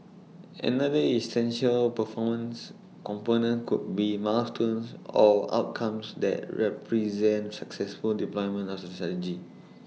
another essential performance component could be milestones or outcomes that represent successful deployment of the strategy